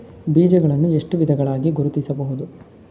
ಬೀಜಗಳನ್ನು ಎಷ್ಟು ವಿಧಗಳಾಗಿ ಗುರುತಿಸಬಹುದು?